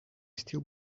still